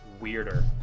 weirder